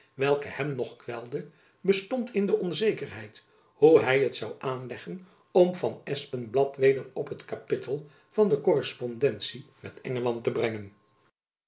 welke hem nog kwelde bestond in de onzekerheid hoe hy het zoû aanleggen om van espenblad weder op het kapittel van de korrespondentie met engeland te brengen